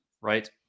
right